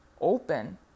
open